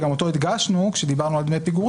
שגם הדגשנו אותו כשדיברנו על דמי פיגורים,